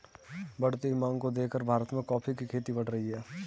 बढ़ती हुई मांग को देखकर भारत में कॉफी की खेती बढ़ रही है